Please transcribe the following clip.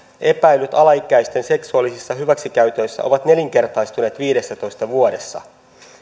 epäilyjen määrä alaikäisten seksuaalisissa hyväksikäytöissä on nelinkertaistunut viidessätoista vuodessa